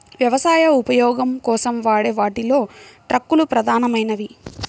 వ్యవసాయ ఉపయోగం కోసం వాడే వాటిలో ట్రక్కులు ప్రధానమైనవి